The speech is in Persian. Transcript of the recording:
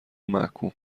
ومحکوم